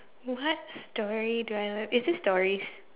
what story do I love is this stories